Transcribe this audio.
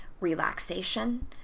relaxation